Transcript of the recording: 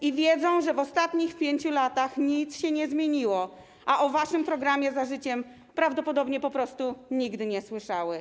I wiedzą, że przez ostatnich 5 lat nic się nie zmieniło, a o waszym programie „Za życiem” prawdopodobnie po prostu nigdy nie słyszały.